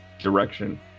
direction